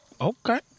okay